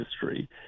history